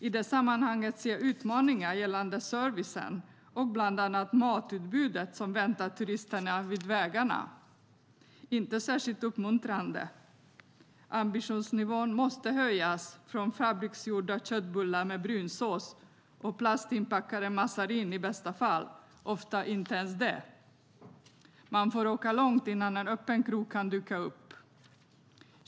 I det sammanhanget ser jag utmaningar gällande servicen och bland annat matutbudet, som väntar turisterna vid vägarna. Det är inte särskilt uppmuntrande. Ambitionsnivån måste höjas från fabriksgjorda köttbullar med brunsås och plastinpackad mazarin i bästa fall, ofta inte ens det. Man får åka långt innan en öppen krog kan dyka upp.